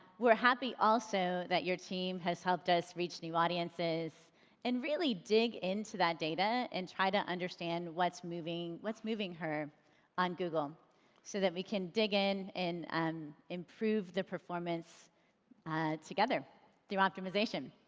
we're happy also that your team has helped us reach new audiences and really dig into that data and try to understand what's moving what's moving her on google so that we can dig in and um improve the performance together through optimization.